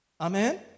Amen